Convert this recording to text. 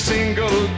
single